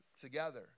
together